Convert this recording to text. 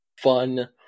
fun